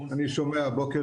בוקר